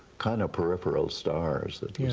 kind of peripheral stars.